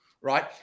right